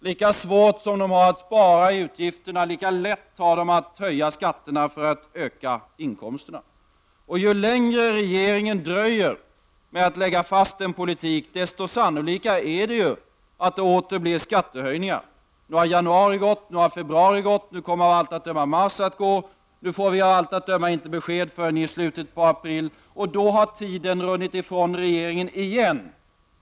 Lika svårt som de har att spara på utgifterna, lika lätt har de att höja skatter för att öka inkomsterna. Ju längre regeringen dröjer med att lägga fast en politik, desto sannolikare är det ju att det åter blir skattehöjningar. Nu har janauri gått. Nu har februari gått, och nu kommer av allt att döma mars också att gå. Nu kommer vi troligen inte att få besked förrän i slutet av april — då har tiden runnit ifrån regeringen igen.